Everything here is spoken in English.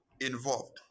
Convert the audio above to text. involved